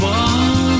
one